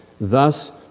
Thus